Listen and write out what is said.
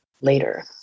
later